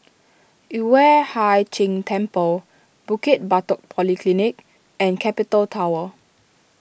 Yueh Hai Ching Temple Bukit Batok Polyclinic and Capital Tower